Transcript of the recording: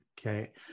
Okay